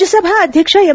ರಾಜ್ಞಸಭಾ ಅಧ್ಯಕ್ಷ ಎಂ